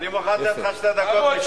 חברים, יש תור.